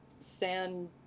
sand